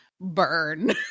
burn